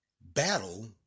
battle